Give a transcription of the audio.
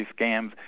scams